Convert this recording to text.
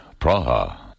Praha